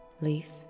Leaf